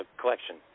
collection